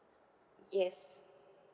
yes